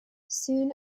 soon